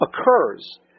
occurs